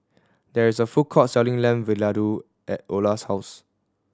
there is a food court selling Lamb Vindaloo at Ola's house